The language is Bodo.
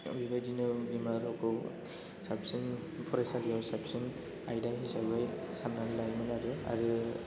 बेबायदिनो बिमा रावखौ फरायसालियाव साबसिन आयदा हिसाबै साननानै लायोमोन आरो आरो